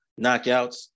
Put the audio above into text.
knockouts